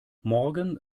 morgen